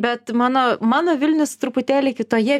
bet mano mano vilnius truputėlį kitoje